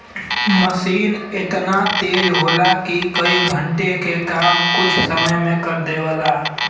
मसीन एतना तेज होला कि कई घण्टे के काम कुछ समय मे कर देवला